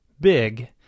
big